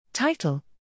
Title